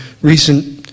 recent